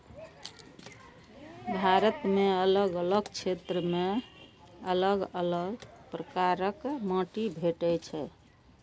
भारत मे अलग अलग क्षेत्र मे अलग अलग प्रकारक माटि भेटै छै